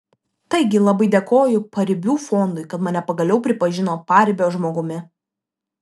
taigi labai dėkoju paribių fondui kad mane pagaliau pripažino paribio žmogumi